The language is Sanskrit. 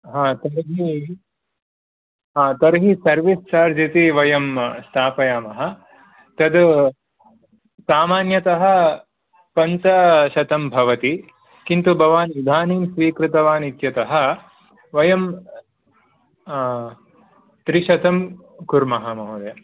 आम् तर्हि तर्हि सर्विस् चार्ज् वयं स्थापयाम तत् सामान्यत पञ्चशतं भवति किन्तु भवान् इदानीं स्वीकृतवान् इत्यत वयं त्रिशतं कुर्म महोदय